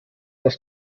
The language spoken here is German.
das